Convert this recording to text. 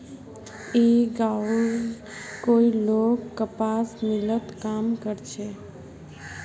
ई गांवउर कई लोग कपास मिलत काम कर छे